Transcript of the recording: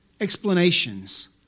explanations